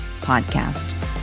podcast